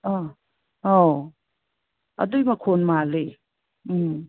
ꯑꯥ ꯑꯧ ꯑꯗꯨꯒꯤ ꯃꯈꯣꯜ ꯃꯥꯜꯂꯤ ꯎꯝ